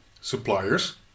suppliers